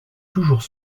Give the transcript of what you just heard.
toujours